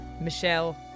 Michelle